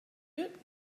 yet